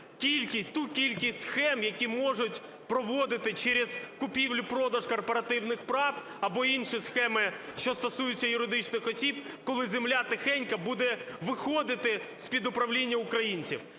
ту кількість схем, які можуть проводити через купівлю-продаж корпоративних прав або інші схеми, що стосуються юридичних осіб, коли земля тихенько буде виходити з-під управління українців.